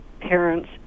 parents